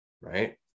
right